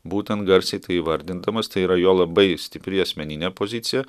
būtent garsiai tai įvardindamas tai yra jo labai stipri asmeninė pozicija